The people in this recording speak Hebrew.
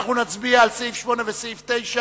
אנחנו נצביע על סעיף 8 וסעיף 9,